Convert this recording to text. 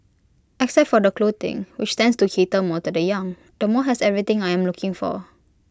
except for the clothing which tends to cater more to the young the mall has everything I am looking for